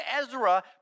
Ezra